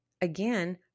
again